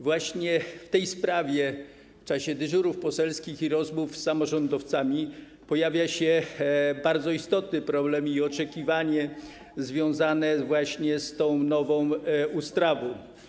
W tej sprawie w czasie dyżurów poselskich i rozmów z samorządowcami pojawia się bardzo istotny problem i oczekiwanie związane z tą nową ustawą.